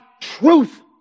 truth